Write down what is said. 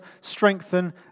strengthen